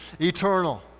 eternal